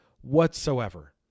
whatsoever